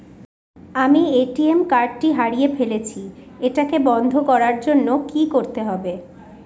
আমি ATM card টি হারিয়ে ফেলেছি এটাকে বন্ধ করার জন্য কি করতে হবে?